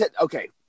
okay